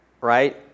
right